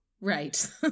Right